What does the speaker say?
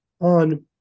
on